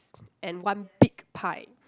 and one big pie